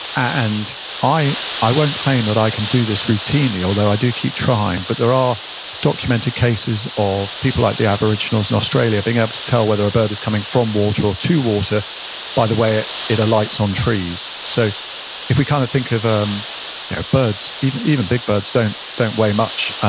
and i i won't claim that i can do this routinely although i do keep trying, but there are documented cases people like the aboriginals in australia being able to tell whether a bird is coming from water or to water by the way it alights on trees. so if we kind of think of ah um yeah birds, even even big birds don't don't weigh much,